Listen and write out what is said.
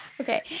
Okay